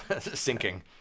sinking